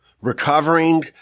recovering